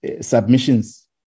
Submissions